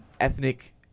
ethnic